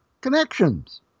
connections